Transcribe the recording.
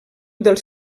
dels